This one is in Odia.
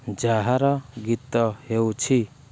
ଯାହାର ଗୀତ ହେଉଛି